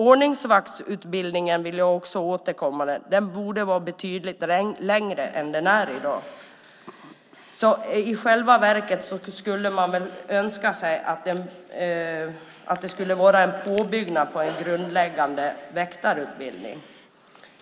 Ordningsvaktsutbildningen, som jag vill återkomma till, borde vara betydligt längre än vad den är i dag. I själva verket skulle man önska sig att det var en påbyggnad på en grundläggande väktarutbildning.